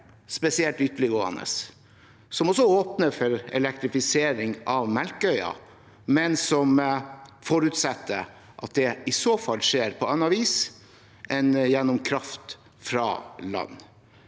spesielt ytterliggående, og som også åpner for elektrifisering av Melkøya, men som forutsetter at det i så fall skjer på annet vis enn gjennom kraft fra land.